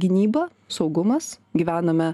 gynyba saugumas gyvename